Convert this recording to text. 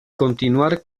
continuar